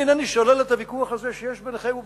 אני אינני שולל את הוויכוח הזה שיש ביניכם ובינינו.